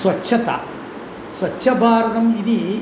स्वच्छता स्वच्छ भारतम् इति